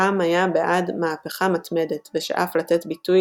רהם היה בעד "מהפכה מתמדת" ושאף לתת ביטוי